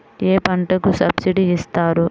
ఏ పంటకు సబ్సిడీ ఇస్తారు?